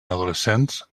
adolescents